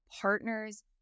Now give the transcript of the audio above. partners